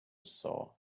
saw